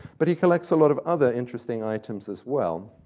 but he collects a lot of other interesting items as well,